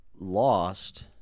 lost